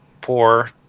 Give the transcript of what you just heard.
poor